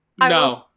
No